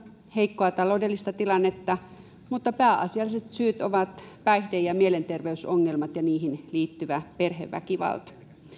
heikkoa taloudellista tilannetta mutta pääasialliset syyt ovat päihde ja mielenterveysongelmat ja niihin liittyvä perheväkivalta